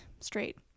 straight